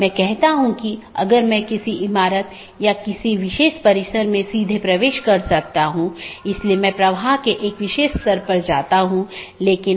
संचार में BGP और IGP का role BGP border gateway protocol और IGP इंटरनेट गेटवे प्रोटोकॉल